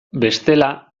bestela